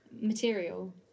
material